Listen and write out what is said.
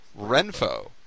Renfo